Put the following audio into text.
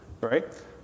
right